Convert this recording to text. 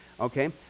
okay